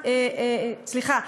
סליחה,